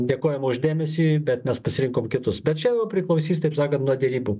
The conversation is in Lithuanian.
dėkojam už dėmesį bet mes pasirinkom kitus bet čia priklausys taip sakant nuo derybų